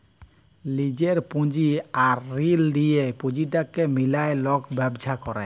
লিজের পুঁজি আর ঋল লিঁয়ে পুঁজিটাকে মিলায় লক ব্যবছা ক্যরে